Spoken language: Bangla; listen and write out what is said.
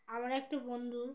আমার একটা বন্দুর